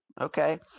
Okay